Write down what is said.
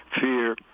fear